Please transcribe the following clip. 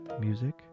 music